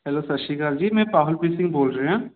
hello ਸਤਿ ਸ਼੍ਰੀ ਅਕਾਲ ਜੀ ਮੈਂ ਪਾਹੁਲਪ੍ਰੀਤ ਸਿੰਘ ਬੋਲ ਰਿਹਾ